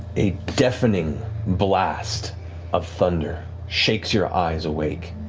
a deafening blast of thunder shakes your eyes awake,